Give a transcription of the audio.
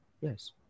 Yes